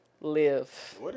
live